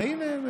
והינה,